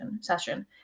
session